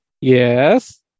yes